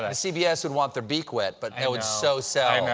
ah cbs would want their beak wet, but that would so sell.